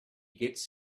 gets